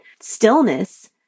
Stillness